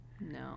No